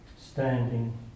standing